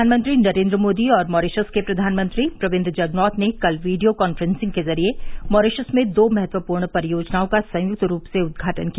प्रधानमंत्री नरेन्द्र मोदी और मॉरिशस के प्रधानमंत्री प्रविन्द जगन्नाथ ने कल वीडियो कांफ्रेंसिंग के जरिये मॉरिशस में दो महत्वपूर्ण परियोजनाओं का संयुक्त रूप से उदघाटन किया